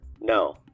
No